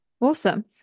Awesome